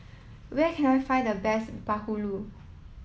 where can I find the best Bahulu